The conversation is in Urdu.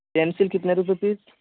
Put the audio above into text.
پینسل کتنے روپے پیس